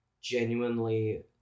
genuinely